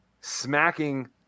smacking